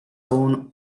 aún